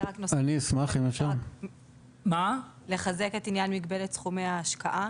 אם אפשר לחזק את מגבלת סכומי ההשקעה.